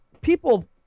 people